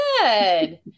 Good